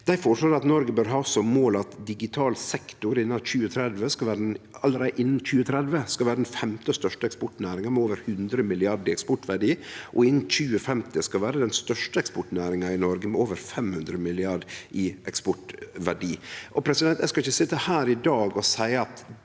Noreg bør ha som mål at digital sektor allereie innan 2030 skal vere den femte største eksportnæringa, med over 100 mrd. kr i eksportverdi, og at han innan 2050 skal vere den største eksportnæringa i Noreg, med over 500 mrd. kr i eksportverdi.